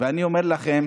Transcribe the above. ואני אומר לכם,